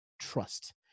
trust